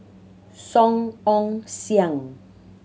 Song Ong Siang